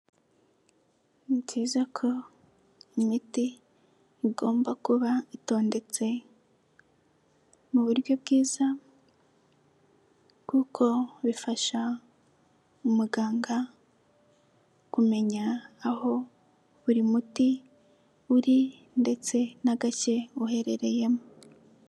Ni byiza ko imiti igomba kuba itondetse mu buryo bwiza bwiza kuko bifasha umuganga kumenya aho buri muti uri ndetse na gake uherereyemo.